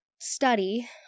study